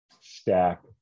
stack